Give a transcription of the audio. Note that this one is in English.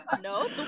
no